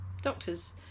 doctors